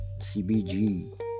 CBG